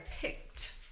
picked